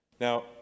Now